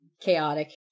chaotic